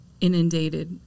inundated